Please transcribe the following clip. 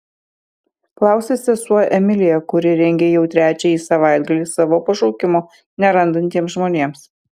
klausia sesuo emilija kuri rengia jau trečiąjį savaitgalį savo pašaukimo nerandantiems žmonėms